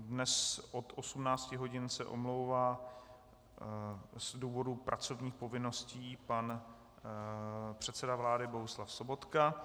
Dnes od 18 hodin se omlouvá z důvodu pracovních povinností pan předseda vlády Bohuslav Sobotka.